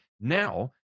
Now